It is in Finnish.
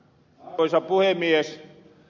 arvoisa puhemies